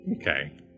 Okay